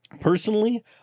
personally